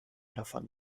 davon